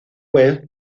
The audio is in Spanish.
web